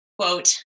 quote